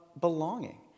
belonging